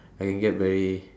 I can get very